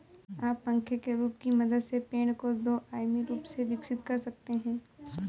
आप पंखे के रूप की मदद से पेड़ को दो आयामी रूप से विकसित कर सकते हैं